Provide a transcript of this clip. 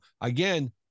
again